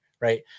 right